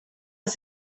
els